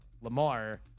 Lamar